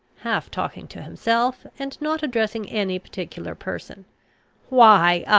half talking to himself, and not addressing any particular person why,